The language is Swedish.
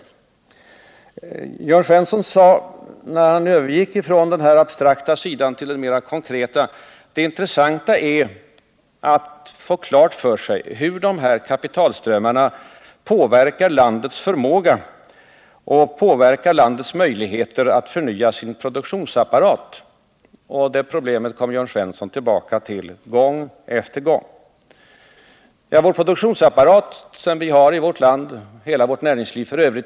När Jörn Svensson övergick från den abstrakta till den mer konkreta sidan sade han att det intressanta är att få klart för sig hur kapitalströmmarna påverkar landets förmåga och möjligheter att förnya sin produktionsapparat, och det problemet kom Jörn Svensson tillbaka till gång på gång. Produktionsapparaten — och hela näringslivet f. ö.